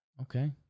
okay